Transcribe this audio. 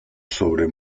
sobre